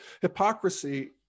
hypocrisy